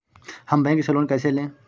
हम बैंक से लोन कैसे लें?